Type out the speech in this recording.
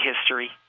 history